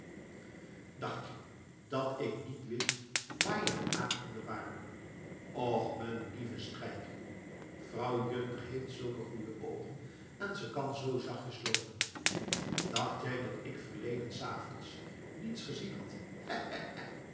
dacht je dat ik niet wist waar je den aap in bewaarde och m'n lieve strijkkie vrouw juttner heeft zulke goeie oogen en ze kan zoo zachtjes loopen dacht jij dat ik verleden s avonds niets gezien had